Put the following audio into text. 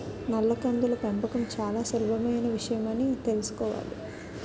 నల్ల కందుల పెంపకం చాలా సులభమైన విషయమని తెలుసుకోవాలి